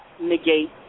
negate